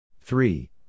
Three